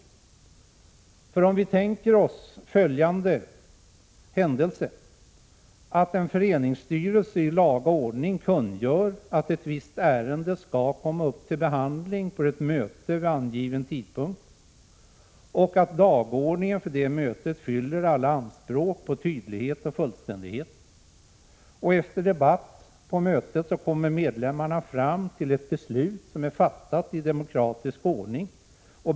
Låt oss tänka oss följande händelse. En förenings styrelse kungör i laga ordning att ett visst ärende skall komma upp till behandling på ett möte vid angiven tidpunkt, och dagordningen för mötet fyller alla anspråk på tydlighet och fullständighet. Efter debatt på mötet kommer medlemmarna fram till ett beslut, som är fattat i demokratisk ordning.